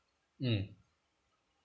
mm